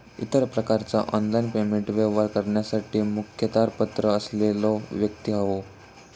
इतर प्रकारचा online payment व्यवहार करण्यासाठी मुखत्यारपत्र असलेलो व्यक्ती होवो